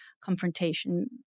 confrontation